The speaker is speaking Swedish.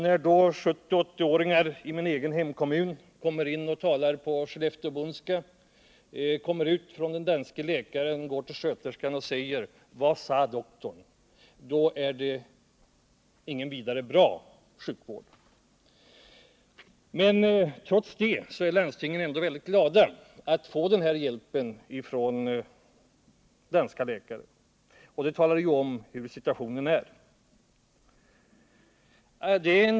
När 70-80-åringar i min egen hemkommun kommer från den danske läkaren kan de på skelleftebondska säga till sköterskan: Va sa doktorn? Då är det inte någon vidare bra sjukvård. 197 Trots allt är landstingen mycket glada över att få den här hjälpen av danska läkare. Det säger en hel del om situationen.